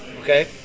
Okay